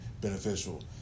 beneficial